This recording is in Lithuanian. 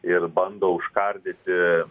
ir bando užkardyti